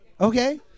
Okay